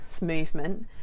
movement